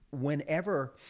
whenever